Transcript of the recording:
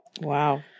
Wow